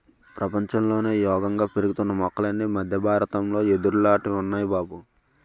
ప్రపంచంలోనే యేగంగా పెరుగుతున్న మొక్కలన్నీ మద్దె బారతంలో యెదుర్లాటివి ఉన్నాయ్ బాబూ